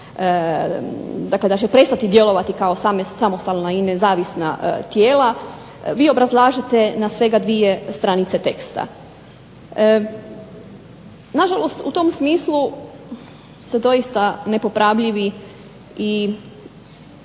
dakle da će prestati djelovati kao samostalna i nezavisna tijela vi obrazlažete na svega dvije stranice teksta. Na žalost u tom smislu se doista nepopravljivi i